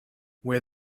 where